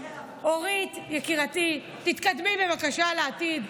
אורית, יקירתי, תתקדמי בבקשה לעתיד.